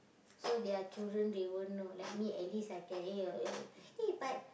so their children they won't know like me at least I can eh your your eh but